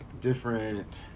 different